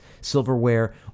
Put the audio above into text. silverware